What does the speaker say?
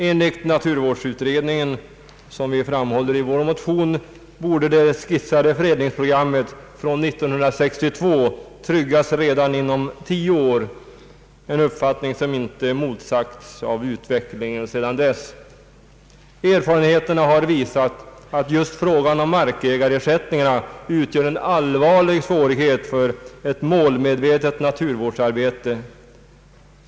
Enligt naturvårdsutredningen borde, som framhålles i motionen, det skisserade fredningsprogrammet från 1962 tryggas redan inom tio år, en uppfattning som inte motsagts av utvecklingen sedan dess. Erfarenheterna har visat att just frågan om markägarersättningarna utgör en allvarlig svårighet för ett målmedvetet naturvårdsarbete.